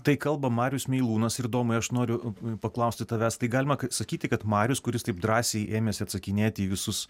tai kalba marius meilūnas ir domai aš noriu paklausti tavęs tai galima sakyti kad marius kuris taip drąsiai ėmėsi atsakinėti į visus